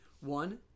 One